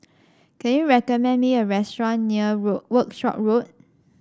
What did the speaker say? can you recommend me a restaurant near Work Workshop Road